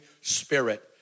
Spirit